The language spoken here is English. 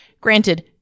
Granted